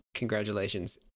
Congratulations